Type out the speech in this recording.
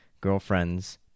girlfriends